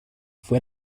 fue